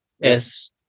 yes